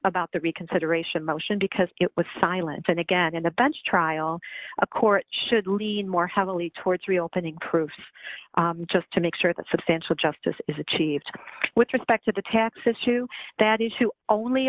about the reconsideration motion because it was silent and again in the bench trial a court should lean more heavily towards reopening proof just to make sure that substantial justice is achieved with respect to the taxes to t